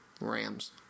Rams